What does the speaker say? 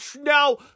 Now